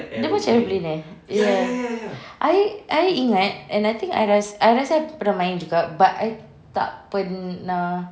dia macam aeroplane eh ya I I ingat and I think I rasa I rasa I pernah main juga but I tak pernah